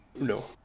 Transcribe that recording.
No